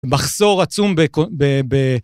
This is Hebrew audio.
מחסור עצום ב...